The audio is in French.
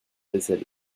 vaisselle